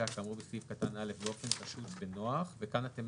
כאמור בסעיף קטן (א) באופן פשוט ונוח" וכאן אתם